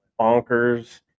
bonkers